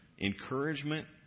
encouragement